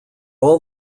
all